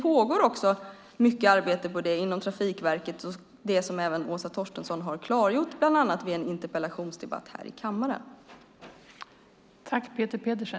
Mycket arbete kring det pågår inom Trafikverket, som Åsa Torstensson har klargjort bland annat i en interpellationsdebatt här i kammaren.